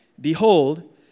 Behold